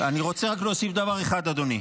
אני רוצה רק להוסיף דבר אחד, אדוני.